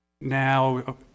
Now